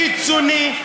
קיצוני,